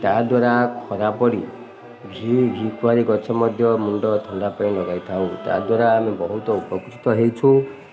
ତାଦ୍ୱାରା ଖରାପଡ଼ି ଘିକୁଆଁରୀ ଗଛ ମଧ୍ୟ ମୁଣ୍ଡ ଥଣ୍ଡା ପାଇଁ ଲଗାଇ ଥାଉ ତାଦ୍ୱାରା ଆମେ ବହୁତ ଉପକୃତ ହେଇଛୁ